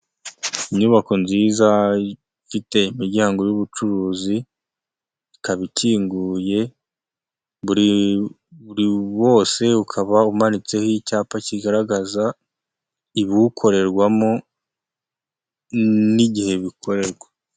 Inyubako nziza ifite imiryango y'ubucuruzi, ikaba ikinguye, buri wose ukaba umanitseho icyapa kigaragaza ibuwukorerwamo n'igihe bikorerwa.